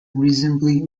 reasonably